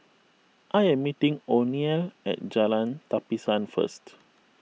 I am meeting oneal at Jalan Tapisan first